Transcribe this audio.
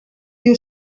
you